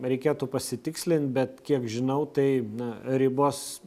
reikėtų pasitikslint bet kiek žinau tai na ribos